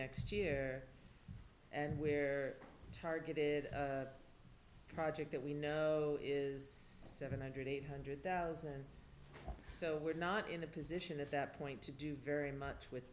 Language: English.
next year and we're targeted a project that we know is seventy million eight hundred thousand so we're not in a position at that point to do very much with